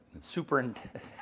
Superintendent